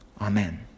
Amen